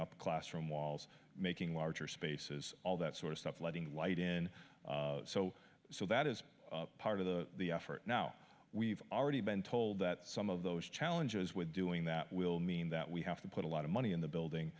up classroom walls making larger spaces all that sort of stuff flooding light in so so that is part of the effort now we've already been told that some of those challenges with doing that will mean that we have to put a lot of money in the building